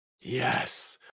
Yes